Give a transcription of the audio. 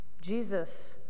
Jesus